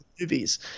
movies